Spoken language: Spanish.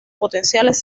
potenciales